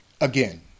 Again